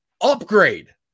upgrade